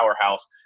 powerhouse